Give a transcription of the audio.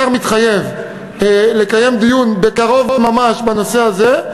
השר מתחייב לקיים דיון בקרוב ממש בנושא הזה,